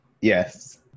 Yes